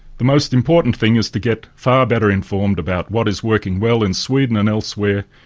the most important thing is to get far better informed about what is working well in sweden and elsewhere,